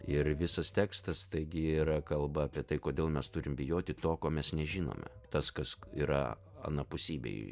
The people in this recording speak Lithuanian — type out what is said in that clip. ir visas tekstas taigi yra kalba apie tai kodėl mes turim bijoti to ko mes nežinome tas kas yra anapusybėj